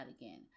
again